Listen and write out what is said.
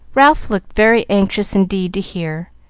ralph looked very anxious indeed to hear,